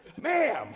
ma'am